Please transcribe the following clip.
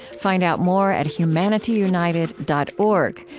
find out more at humanityunited dot org,